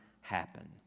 happen